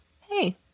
hey